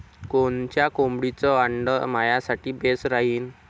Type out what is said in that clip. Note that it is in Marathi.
कोनच्या कोंबडीचं आंडे मायासाठी बेस राहीन?